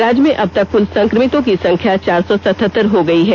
राज्य में अबतक कल संक्रमितों की संख्या चार सौ सत्हत्तर हो गई है